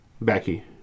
Becky